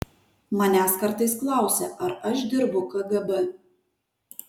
manęs kartais klausia ar aš dirbau kgb